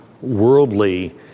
worldly